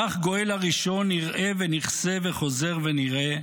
כך גואל הראשון נראה ונכסה וחוזר ונראה